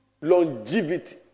longevity